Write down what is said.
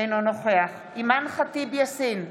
אינה נוכחת אימאן ח'טיב יאסין,